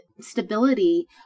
stability